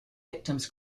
victims